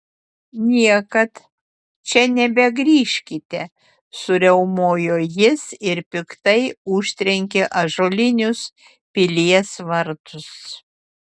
niekad čia nebegrįžkite suriaumojo jis ir piktai užtrenkė ąžuolinius pilies vartus